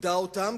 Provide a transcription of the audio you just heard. כיבדה אותם,